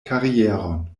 karieron